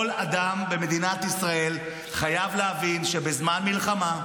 כל אדם במדינת ישראל חייב להבין שבזמן מלחמה,